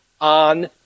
on